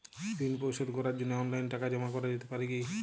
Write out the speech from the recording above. ঋন পরিশোধ করার জন্য অনলাইন টাকা জমা করা যেতে পারে কি?